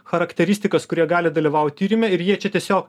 charakteristikas kurie gali dalyvaut tyrime ir jie čia tiesio